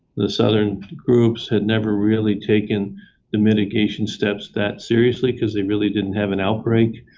the southern groups had never really taken the mitigation steps that seriously because they really didn't have an outbreak.